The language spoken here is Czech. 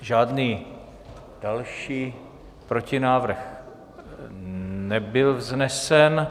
Žádný další protinávrh nebyl vznesen.